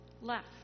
left